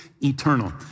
eternal